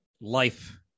life